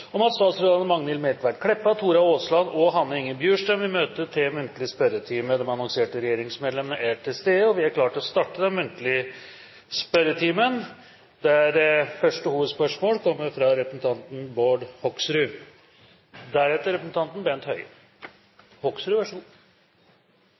om at statsrådene Magnhild Meltveit Kleppa, Tora Aasland og Hanne Inger Bjurstrøm vil møte til muntlig spørretime. De annonserte regjeringsmedlemmene er til stede, og vi er klare til å starte den muntlige spørretimen. Vi starter da med første hovedspørsmål, fra representanten Bård Hoksrud.